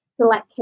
select